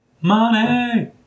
Money